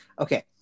Okay